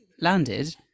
landed